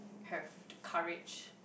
have the courage